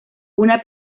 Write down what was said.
una